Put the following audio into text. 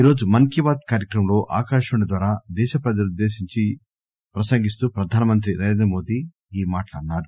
ఈరోజు మన్ కీ బాత్ కార్యక్రమంలో ఆకాశవాణి ద్వారా దేశప్రజలనుద్దేశించి ప్రసంగిస్తూ ప్రధానమంత్రి ఈ మాటలన్సారు